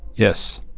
yes.